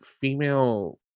female